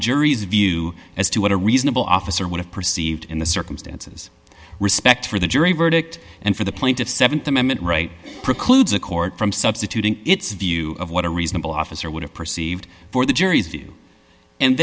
jury's view as to what a reasonable officer would have perceived in the circumstances respect for the jury verdict and for the plaintiff's th amendment right precludes the court from substituting its view of what a reasonable officer would have perceived for the jury